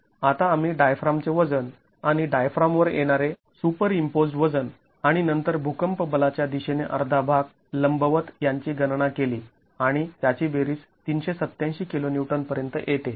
आता आम्ही डायफ्रामचे वजन आणि डायफ्रामवर येणारे सुपरइम्पोज्ड् वजन आणि नंतर भूकंप बलाच्या दिशेने अर्धा भाग लंबवत यांची गणना केली आणि त्याची बेरीज ३८७ kN पर्यंत येते